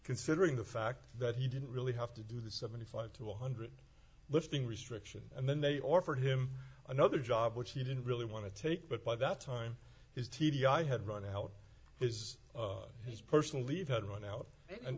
considering the fact that he didn't really have to do the seventy five to one hundred lifting restriction and then they offered him another job which he didn't really want to take but by the time his t d i had run out is he personal leave had run out and